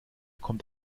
kommt